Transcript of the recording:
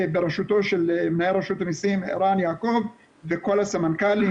בראשותו של מנהל רשות המסים ערן יעקב וכל הסמנכ"לים